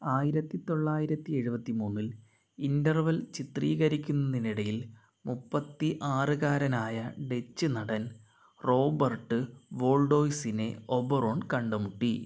ആയിരത്തി തൊള്ളായിരത്തി എഴുപത്തി മൂന്നിൽ ഇൻ്റർവെൽ ചിത്രീകരിക്കുന്നതിനിടയിൽ മുപ്പത്തി ആറ്കാരനായ ഡച്ച് നടൻ റോബർട്ട് വോൾഡേഴ്സിനെ ഒബറോൺ കണ്ടുമുട്ടി